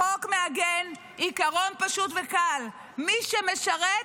החוק מעגן עיקרון פשוט וקל: מי שמשרת,